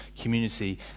community